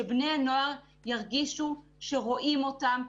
שבני הנוער ירגישו שרואים אותם,